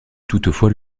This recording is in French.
toutefois